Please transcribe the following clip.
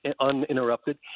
uninterrupted